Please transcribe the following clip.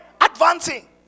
advancing